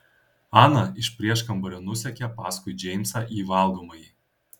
ana iš prieškambario nusekė paskui džeimsą į valgomąjį